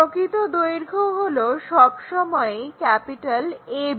প্রকৃত দৈর্ঘ্য হলো সবসময়ই AB